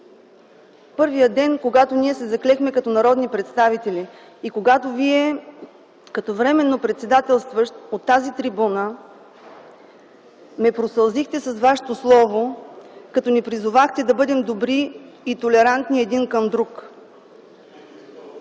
първия ден, когато ние се заклехме като народни представители и когато Вие като временно председателстващ от тази трибуна ме просълзихте с Вашето слово, като ни призовахте да бъдем добри и толерантни един към друг.